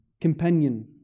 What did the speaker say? companion